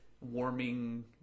warming